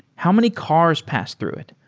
how many cars pass through it?